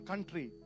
country